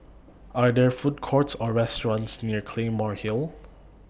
Are There Food Courts Or restaurants near Claymore Hill